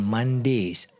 Mondays